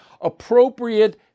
appropriate